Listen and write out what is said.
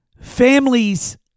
Families